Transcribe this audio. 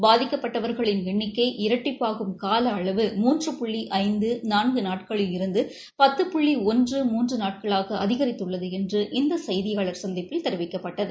பாதிக்கப்பட்டவர்களின் எண்ணிக்கை இரட்டிப்பாகும் கால அளவு மூன்று புள்ளி ஐந்து நான்கு நாட்களில் இருந்து பத்து புள்ளி ஒன்று மூன்று நாட்களாக அதிகரித்துள்ளது என்று இந்த செய்தியாளர் சந்திப்பில் தெரிவிக்கப்பட்டது